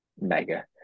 mega